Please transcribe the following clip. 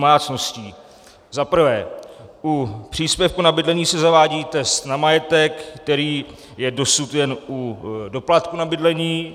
Za prvé, u příspěvku na bydlení se zavádí test na majetek, který je dosud jen u doplatku na bydlení.